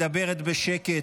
מדברת בשקט,